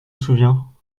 souviens